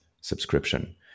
subscription